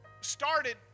started